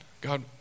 God